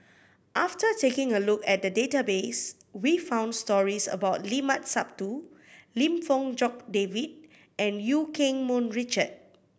after taking a look at the database we found stories about Limat Sabtu Lim Fong Jock David and Eu Keng Mun Richard